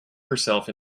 herself